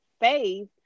Faith